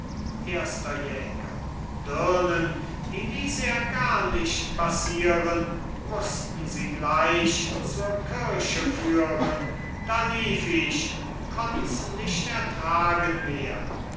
erster jäger dirnen die ließ er gar nicht passieren mußten sie gleich zur kirche führen da lief ich konnts nicht ertragen mehr